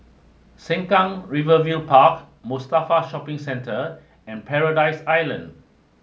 Sengkang river view Park Mustafa Shopping Centre and Paradise Island